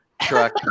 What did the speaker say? truck